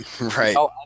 Right